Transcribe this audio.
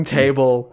table